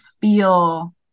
feel